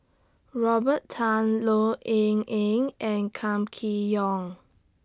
Robert Tan Low Yen Ling and Kam Kee Yong